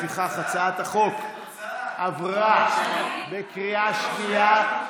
לפיכך, הצעת החוק עברה בקריאה שנייה,